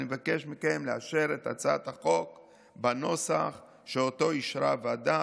אני מבקש מכם לאשר את הצעת החוק בנוסח שאותו אישרה הוועדה